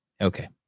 Okay